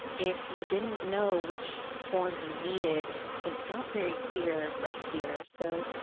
if you didn't know which form you needed it's not very clear right here. so,